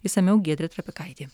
išsamiau giedrė trapikaitė